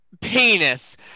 penis